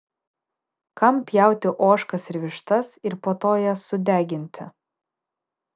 kam pjauti ožkas ir vištas ir po to jas sudeginti